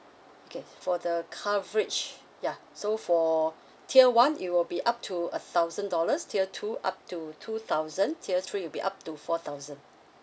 okay for the coverage ya so for tier one it will be up to a thousand dollars tier two up to two thousand tier three will be up to four thousand